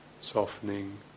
softening